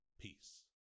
Peace